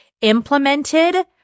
implemented